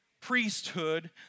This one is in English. priesthood